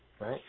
Right